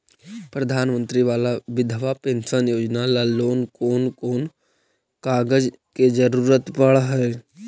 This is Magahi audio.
प्रधानमंत्री बाला बिधवा पेंसन योजना ल कोन कोन कागज के जरुरत पड़ है?